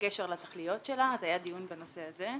בקשר לתכליות שלה, היה דיון בנושא הזה.